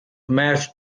marched